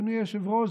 אדוני היושב-ראש,